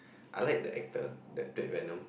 I like the actor that red venom